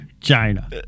China